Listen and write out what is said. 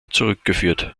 zurückgeführt